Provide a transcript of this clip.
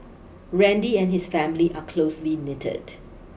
Randy and his family are closely knitted